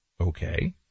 Okay